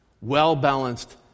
well-balanced